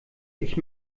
ich